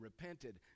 repented